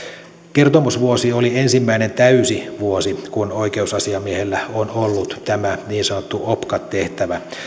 kertomusvuosi oli ensimmäinen täysi vuosi kun oikeusasiamiehellä on ollut tämä niin sanottu opcat tehtävä